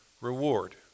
reward